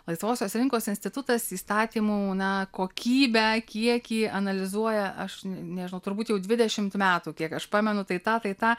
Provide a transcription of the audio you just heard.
laisvosios rinkos institutas įstatymų na kokybę kiekį analizuoja aš nežinau turbūt jau dvidešimt metų kiek aš pamenu tai tą tai tą